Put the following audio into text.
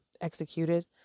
executed